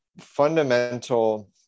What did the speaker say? fundamental